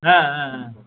ஆ ஆ ஆ